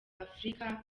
africa